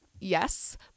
Yes